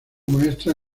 maestra